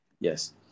Yes